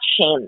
shame